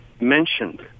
mentioned